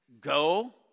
go